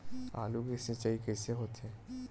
आलू के सिंचाई कइसे होथे?